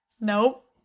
Nope